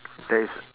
there is